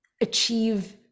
achieve